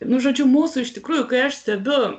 nu žodžiu mūsų iš tikrųjų kai aš stebiu